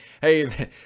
hey